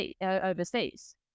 overseas